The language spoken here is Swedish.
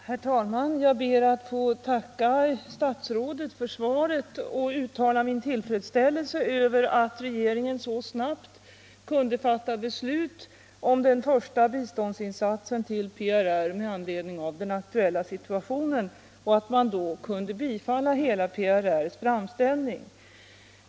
Herr talman! Jag ber att få tacka statsrådet för svaret och uttala min tillfredsställelse över att regeringen så snabbt kunde fatta beslut om den första biståndsinsatsen till PRR med anledning av den aktuella situationen och att man då kunde bifalla PRR:s hela framställning.